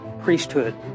priesthood